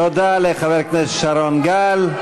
תודה לחבר הכנסת שרון גל.